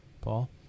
Paul